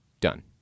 done